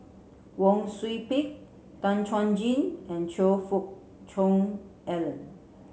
Wang Sui Pick Tan Chuan Jin and Choe Fook Cheong Alan